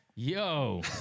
Yo